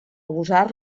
usar